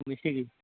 ମିଶିକି